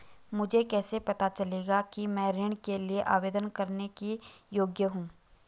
मुझे कैसे पता चलेगा कि मैं ऋण के लिए आवेदन करने के योग्य हूँ?